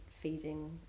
feeding